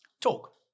talk